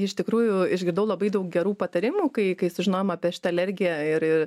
iš tikrųjų išgirdau labai daug gerų patarimų kai kai sužinojom apie šitą alergiją ir ir